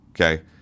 Okay